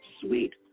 sweet